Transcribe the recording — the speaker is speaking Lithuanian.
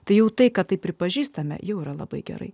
tai jau tai kad taip pripažįstame jau yra labai gerai